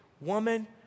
woman